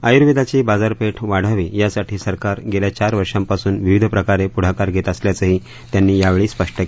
आयुर्वेदाची बाजारपेठ वाढावी यासाठी सरकार गेल्या चार वर्षांपासून विविध प्रकारे पुढाकार घेत असल्याचंही त्यांनी यावेळी स्पष्ट केलं